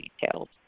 details